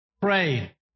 pray